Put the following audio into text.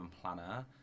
planner